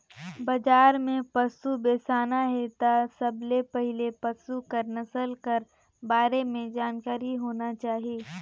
बजार में पसु बेसाना हे त सबले पहिले पसु कर नसल कर बारे में जानकारी होना चाही